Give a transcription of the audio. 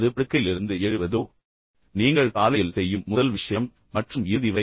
அது படுக்கையிலிருந்து எழுவதோ நீங்கள் காலையில் செய்யும் முதல் விஷயம் மற்றும் இறுதி வரை